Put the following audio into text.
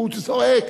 הוא צועק.